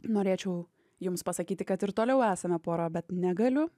norėčiau jums pasakyti kad ir toliau esame pora bet negaliu